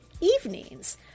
evenings